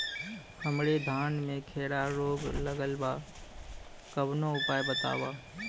हमरे धान में खैरा रोग लगल बा कवनो उपाय बतावा?